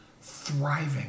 thriving